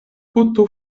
poto